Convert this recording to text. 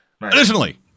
Additionally